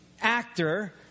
actor